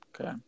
Okay